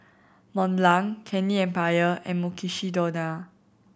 Mont Blanc Candy Empire and Mukshidonna